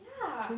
yeah